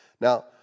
Now